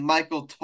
Michael